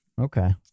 Okay